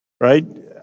Right